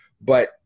but-